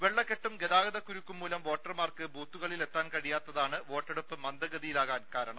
വെള്ളക്കെട്ടും ഗതാഗതകുരുക്കുംമൂലം വോട്ടർമാർക്ക് ബൂത്തുകളിലെത്താൻ കഴിയാത്തതാണ് വോട്ടെടുപ്പ് മന്ദഗതിയി ലാവാൻ കാരണം